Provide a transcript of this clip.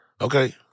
Okay